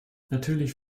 natürlich